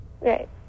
Right